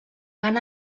han